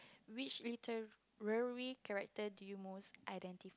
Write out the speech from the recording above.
which literally character do you most identify